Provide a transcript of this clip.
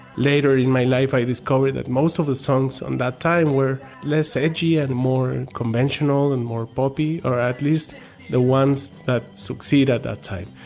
later in my life i discovered that most of the songs on that time were less edgy and more conventional and more poppy. or at least the ones that succeed at that time.